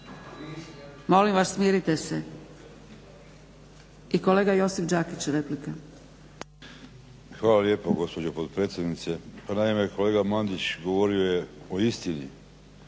Molim vas smirite se. I kolega Josip Đakić replika. **Đakić, Josip (HDZ)** Hvala lijepo gospođo potpredsjednice. Pa naime kolega Mandić govorio je o istini